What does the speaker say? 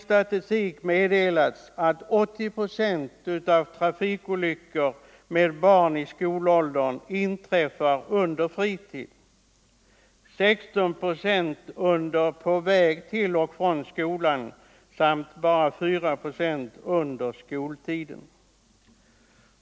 Statistiken visar att 80 procent av trafikolyckorna med barn i skolåldern inträffar under fritiden, 16 procent på väg till eller från skolan och bara 4 procent under skoltiden.